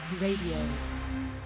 Radio